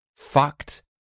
Fucked